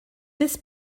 this